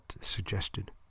suggested